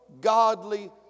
godly